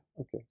Okay